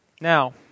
Now